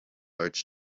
arch